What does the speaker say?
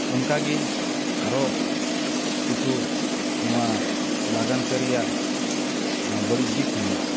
ᱚᱱᱠᱟᱜᱮ ᱟᱨᱚ ᱠᱤᱪᱷᱩ ᱱᱚᱣᱟ ᱞᱟᱜᱟᱱ ᱠᱟᱹᱨᱤᱭᱟᱜ ᱵᱟᱹᱲᱤᱡ ᱫᱤᱠ ᱦᱚᱸ ᱢᱮᱱᱟᱜᱼᱟ